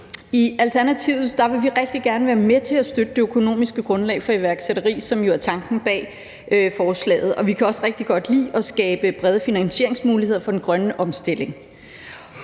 I Alternativet vil vi rigtig gerne være med til at støtte det økonomiske grundlag for iværksætteri, som jo er tanken bag forslaget, og vi kan også rigtig godt lide at skabe brede finansieringsmuligheder for den grønne omstilling.